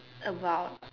about